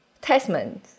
testament